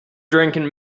drinking